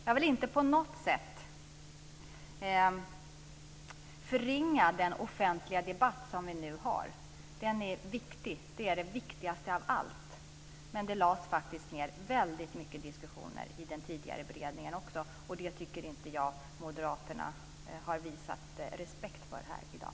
Jag vill inte på något sätt förringa den offentliga debatt som vi nu har. Den är viktig. Det är det viktigaste av allt. Men det lades faktiskt ned väldigt mycket diskussioner i den tidigare beredningen också. Och det tycker inte jag att moderaterna har visat respekt för här i dag.